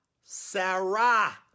Sarah